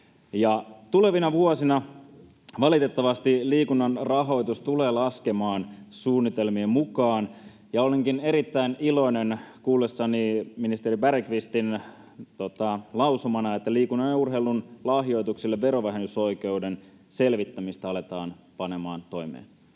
Tulevina vuosina valitettavasti liikunnan rahoitus tulee laskemaan suunnitelmien mukaan, ja olenkin erittäin iloinen kuullessani ministeri Bergqvistin lausumana, että verovähennysoikeuden selvittämistä liikunnan ja urheilun